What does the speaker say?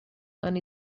and